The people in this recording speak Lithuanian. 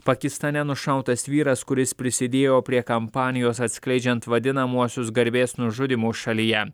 pakistane nušautas vyras kuris prisidėjo prie kampanijos atskleidžiant vadinamuosius garbės nužudymus šalyje